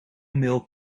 male